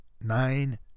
Nine